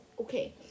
Okay